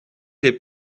les